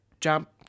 jump